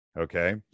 okay